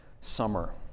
Summer